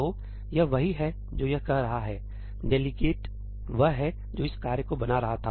तो यह वही है जो यह कह रहा है डेलीगेट वह है जो इस कार्य को बना रहा था